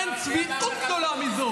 אין צביעות גדולה מזו.